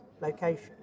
location